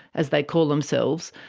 as they call themselves,